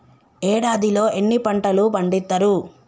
ఏడాదిలో ఎన్ని పంటలు పండిత్తరు?